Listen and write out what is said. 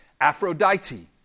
Aphrodite